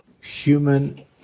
human